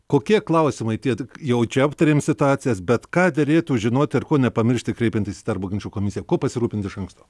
kokie klausimai tie jau čia aptarėm situacijas bet ką derėtų žinoti ar ko nepamiršti kreipiantis į darbo ginčų komisiją kuo pasirūpinti iš anksto